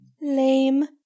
Lame